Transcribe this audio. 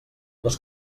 les